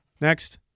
Next